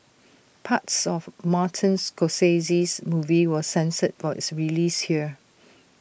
parts of Martin's Scorsese's movie was censored for its release here